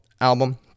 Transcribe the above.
album